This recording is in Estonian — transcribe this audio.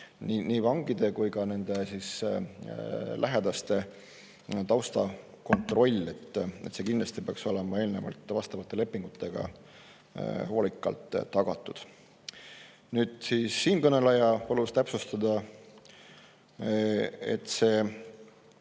nii vangide kui ka nende lähedaste taustakontroll. See kindlasti peaks olema eelnevalt vastavate lepingutega hoolikalt tagatud. Siinkõneleja palus täpsustada, kas